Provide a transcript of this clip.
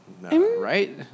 right